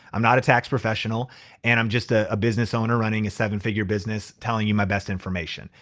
i'm not a tax professional and i'm just ah a business owner running a seven figure business, telling you my best information.